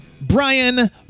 Brian